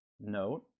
note